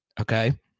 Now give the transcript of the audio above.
Okay